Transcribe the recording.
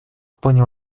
помним